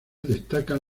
destacan